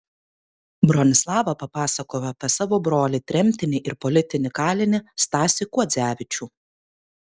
bronislava papasakojo apie savo brolį tremtinį ir politinį kalinį stasį kuodzevičių